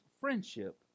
friendship